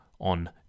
on